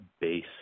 base